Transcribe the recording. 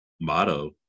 motto